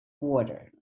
water